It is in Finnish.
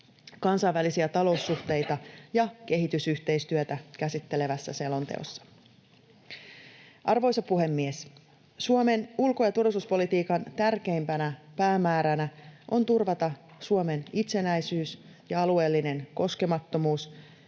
kansainvälisiä taloussuhteita ja kehitysyhteistyötä käsittelevässä selonteossa. Arvoisa puhemies! Suomen ulko- ja turvallisuuspolitiikan tärkeimpänä päämääränä on turvata Suomen itsenäisyys ja alueellinen koskemattomuus,